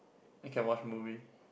you can watch movie